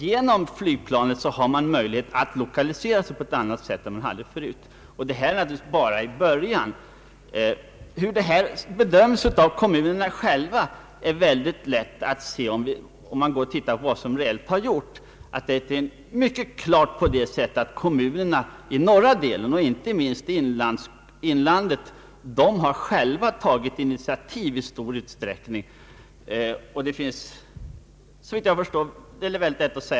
Genom flygplanen har företagen möjligheter att 1okalisera sig till andra platser än de hade tidigare, och vi är naturligtvis ändå bara i början. Hur dessa frågor bedöms av kommunerna själva är lätt att se om man studerar vad som reellt har gjorts. Det framgår mycket tydligt att kommunerna i norra delen av landet — inte minst i inlandet — själva i stor utsträckning har tagit initiativ.